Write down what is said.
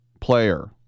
player